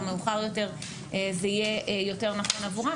מאוחר יותר זה יהיה יותר נכון עבורם.